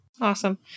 Awesome